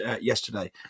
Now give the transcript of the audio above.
yesterday